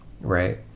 right